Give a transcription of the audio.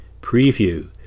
preview